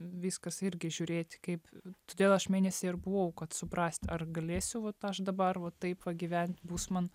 viskas irgi žiūrėti kaip todėl aš mėnesį ir buvau kad suprast ar galėsiu vat aš dabar va taip gyvent bus man